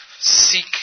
seek